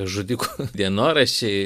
žudiko dienoraščiai